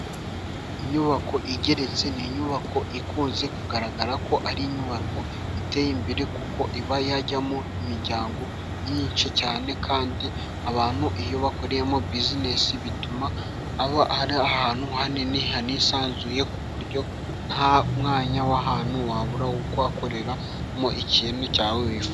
Inyubako igeretse ni inyubako ikunze kugaragara ko ari inyubako iteye imbere, kuko iba yajyamo imiryango myinshi cyane, kandi abantu iyo bakoreyemo bisinesi bituma aba ari ahantu hanini hanisanzuye, ku buryo nta mwanya w'ahantu wabura wo kuhakoreramo ikintu cya wifuza.